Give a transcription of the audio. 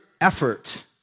effort